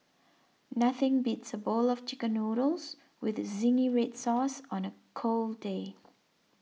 nothing beats a bowl of Chicken Noodles with Zingy Red Sauce on a cold day